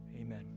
Amen